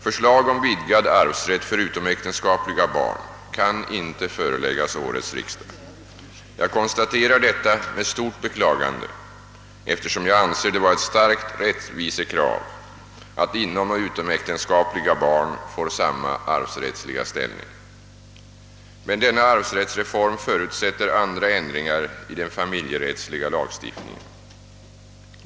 Förslag om vidgad arvsrätt för utomäktenskapliga barn kan inte föreläggas årets riksdag. Jag konstaterar detta med stort beklagande, eftersom jag anser det vara ett starkt rättvisekrav att inomoch utomäktenskapliga barn får samma arvsrättsliga ställning. Men denna arvsrättsreform förutsätter andra ändringar i den familjerättsliga lagstiftningen.